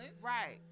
Right